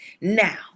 Now